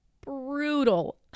brutal